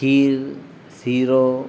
ખીર શિરો